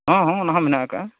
ᱦᱚᱸ ᱦᱚᱸ ᱚᱱᱟ ᱦᱚᱸ ᱢᱮᱱᱟᱜ ᱟᱠᱟᱫᱟ